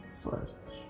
first